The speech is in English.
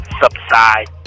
subside